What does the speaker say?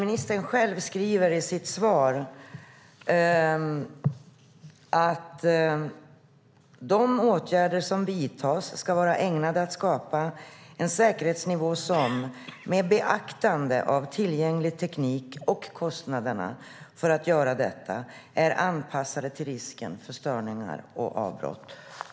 Ministern skriver i sitt svar: "De åtgärder som vidtas ska vara ägnade att skapa en säkerhetsnivå som, med beaktande av tillgänglig teknik och kostnaderna för att genomföra åtgärderna, är anpassad till risken för störningar och avbrott."